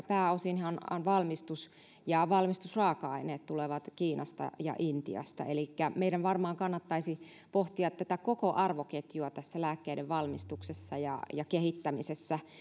pääosinhan valmistus ja valmistusraaka aineet tulevat kiinasta ja intiasta elikkä meidän varmaan kannattaisi pohtia koko arvoketjua tässä lääkkeiden valmistuksessa ja ja kehittämisessä